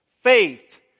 faith